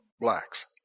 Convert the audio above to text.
blacks